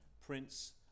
Prince